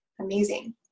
Amazing